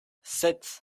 sept